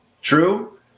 true